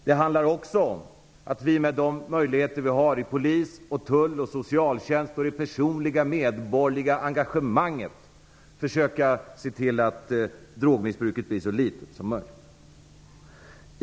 Det handlar också om att vi med de möjligheter vi har hos polis, tull och socialtjänst och med det personliga engagemanget försöka se till att drogmissbruket blir så litet som möjligt.